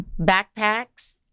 backpacks